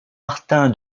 martin